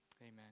amen